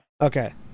Okay